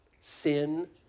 Sin